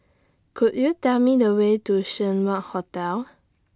Could YOU Tell Me The Way to Seng Wah Hotel